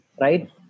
Right